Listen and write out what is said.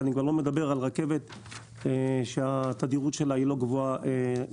ואני כבר לא מדבר על הרכבת שהתדירות שלה היא לא גבוהה לנהריה.